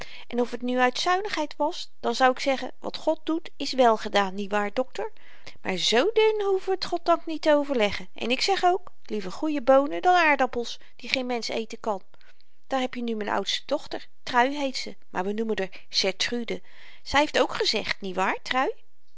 en als t nu uit zuinigheid was dan zou ik zeggen wat god doet is wèl gedaan niet waar dokter maar z deun hoeven we t goddank niet te overleggen en ik zeg ook liever goeie boonen dan aardappels die geen mensch eten kan daar heb je nu m'n oudste dochter trui heet ze maar we noemen d'r sertrude zy heeft k gezegd niet waar trui